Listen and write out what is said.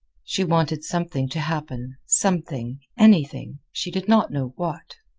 she wanted something to happen something, anything she did not know what.